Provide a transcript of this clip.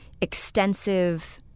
extensive